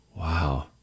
Wow